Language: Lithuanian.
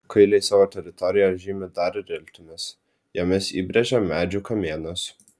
kuiliai savo teritoriją žymi dar ir iltimis jomis įbrėžia medžių kamienus